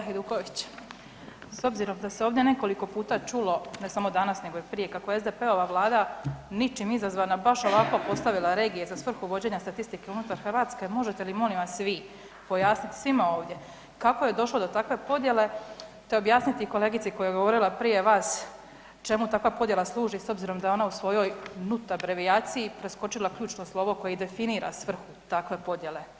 Kolega Hajduković, s obzirom da se ovdje nekoliko puta čulo, ne samo danas nego i prije kako je SDP-ova Vlada ničim izazvana baš ovako postavila regije za svrhu vođenja statistike unutar Hrvatske, možete li molim vas vi pojasniti svima ovdje kako je došlo do ovakve podjele te objasniti kolegici koja je govorila prije vas čemu takva podjela služi s obzirom da je ona u svojoj NUT abrevijaciji preskočila ključno slovo koje i definira svrhu takve podjele.